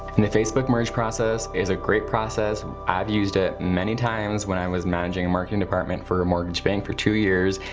and the facebook merge process is a great process. i've used it many times when i was managing marketing department for a mortgage bank for two years.